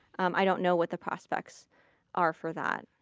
um i don't know what the prospects are for that,